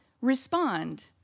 respond